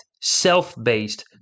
self-based